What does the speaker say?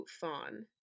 fawn